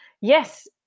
yes